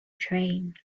train